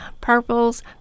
purples